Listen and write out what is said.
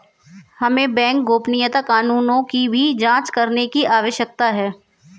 हमें बैंक गोपनीयता कानूनों की भी जांच करने की आवश्यकता है